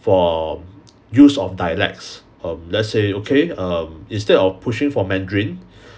for use of dialects um let's say okay um instead of pushing for mandarin